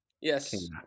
Yes